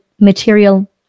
material